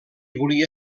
volia